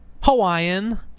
hawaiian